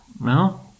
No